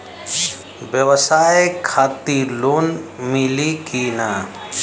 ब्यवसाय खातिर लोन मिली कि ना?